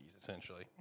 essentially